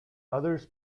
others